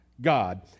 God